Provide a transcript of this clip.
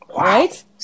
Right